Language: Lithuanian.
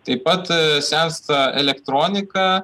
taip pat sensta elektronika